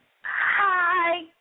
Hi